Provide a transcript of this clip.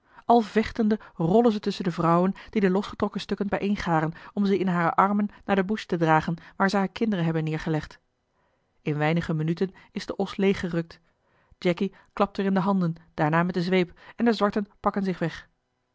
al vechtende rollen ze tusschen de vrouwen die de losgetrokken stukken bijeengaren om ze in hare armen naar de bush te dragen waar ze hare kinderen hebben neergelegd in weinige minuten is de os leeggerukt jacky klapt weer in de handen daarna met de zweep en de zwarten pakken zich weg